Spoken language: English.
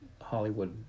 Hollywood